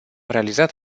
realizat